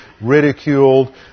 ridiculed